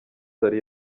zari